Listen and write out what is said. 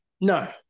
No